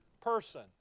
person